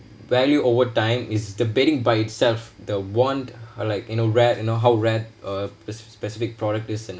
value over time is the bidding by itself the want or like you know rare you know how rare a specific product is and